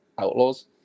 Outlaws